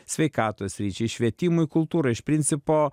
sveikatos sričiai švietimui kultūrai iš principo